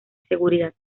seguridad